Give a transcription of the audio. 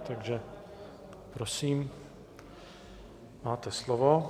Takže prosím, máte slovo.